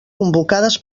convocades